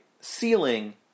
ceiling